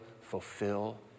fulfill